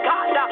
God